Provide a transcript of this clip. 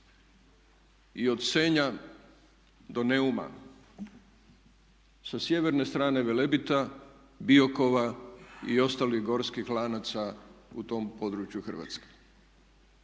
I od Senja do Neuma? Sa sjeverne strane Velebita, Biokova i ostalih gorskih lanaca u tom području Hrvatske.